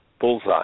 bullseye